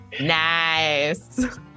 Nice